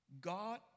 God